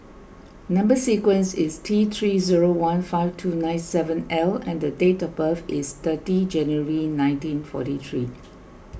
Number Sequence is T three zero one five two nine seven L and the date of birth is thirty January nineteen forty three